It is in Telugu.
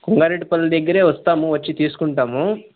కొంగారెడ్డి పల్లి దగ్గరే వస్తాము వచ్చి తీసుకుంటాము